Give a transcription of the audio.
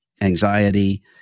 anxiety